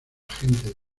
gente